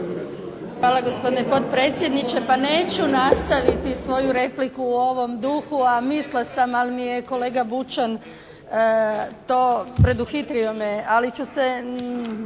Hvala gospodine potpredsjedniče. Pa neću nastaviti svoju repliku u ovom duhu a mislila sam, ali mi je kolega Bućan to preduhitrio me je. Ali ću se